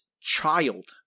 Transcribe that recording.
child